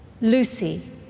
Lucy